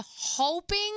hoping